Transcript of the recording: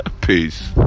Peace